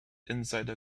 inside